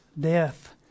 death